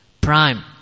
Prime